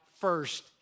first